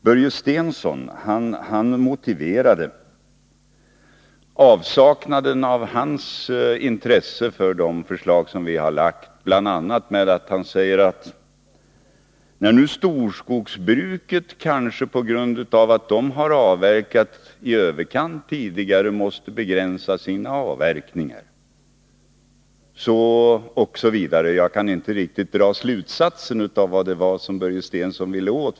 Börje Stensson motiverade sin avsaknad av intresse för de förslag som vi har framlagt bl.a. med att säga att storskogsbruket kanske på grund av att det har avverkat i överkant tidigare nu måste begränsa sina avverkningar, osv. Jag kan inte riktigt förstå vad han ville åt.